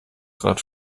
grad